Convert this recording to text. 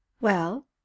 Well